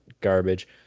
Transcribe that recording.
garbage